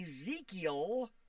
Ezekiel